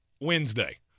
Wednesday